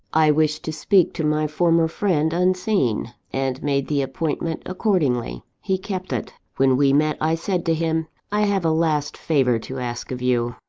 i wished to speak to my former friend, unseen, and made the appointment accordingly. he kept it. when we met, i said to him i have a last favour to ask of you.